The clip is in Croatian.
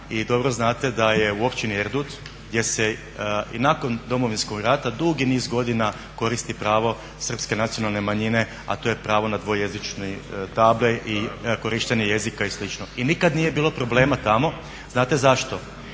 i dobro znate da je u općini Erdut gdje se i nakon Domovinskog rata dugi niz godina koristi pravo srpske nacionalne manjine a to je pravo na dvojezične table i korištenja jezika i slično i nikad nije bilo problema tamo. Znate zašto?